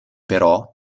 però